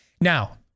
Now